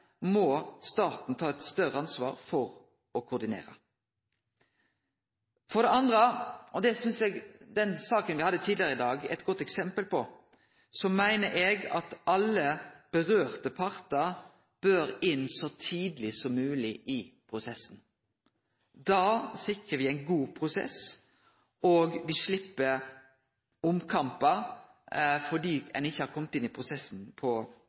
må staten ta eit større ansvar for å koordinere. For det andre – og det synest eg den saka me hadde tidlegare i dag, er eit godt eksempel på – meiner eg at alle involverte partar bør inn så tidleg som mogleg i prosessen. Da sikrar me ein god prosess, og me slepp omkampar fordi ein ikkje har kome inn i prosessen på